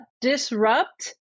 disrupt